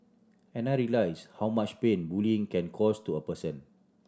and I realised how much pain bullying can cause to a person